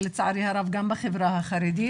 ולצערי הרב גם בחברה החרדית,